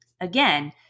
Again